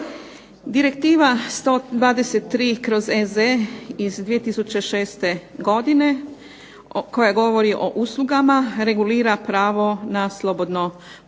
Direktiva 123/EZ iz 2006. godine koja govori o uslugama regulira pravo na slobodno poslovno